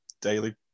Daily